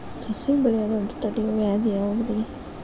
ಸಸಿ ಬೆಳೆಯದಂತ ತಡಿಯೋ ವ್ಯಾಧಿ ಯಾವುದು ರಿ?